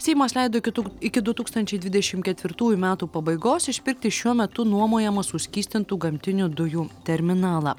seimas leido iki tuk iki du tūkstančiai dvidešim ketvirtųjų metų pabaigos išpirkti šiuo metu nuomojamą suskystintų gamtinių dujų terminalą